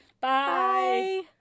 Bye